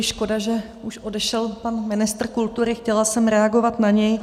Škoda, že už odešel pan ministr kultury, chtěla jsem reagovat na něj.